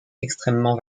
extrêmement